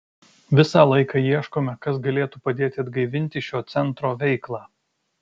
visą laiką ieškome kas galėtų padėti atgaivinti šio centro veiklą